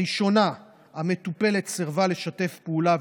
בראשונה המטופלת סירבה לשתף פעולה,